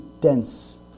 dense